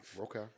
Okay